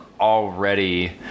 already